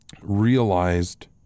realized